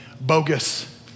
bogus